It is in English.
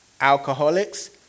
alcoholics